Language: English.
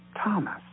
Thomas